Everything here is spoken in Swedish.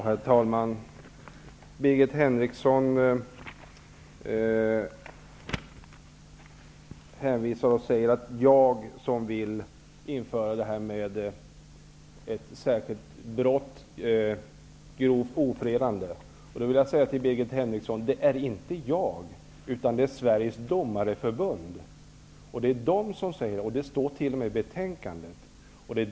Herr talman! Birgit Henriksson sade att jag vill införa en särskild brottsrubricering, grovt ofredande. Då vill jag säga till Birgit Henriksson att det är inte jag utan Sveriges domareförbund som vill göra det. Det står t.o.m. i betänkandet.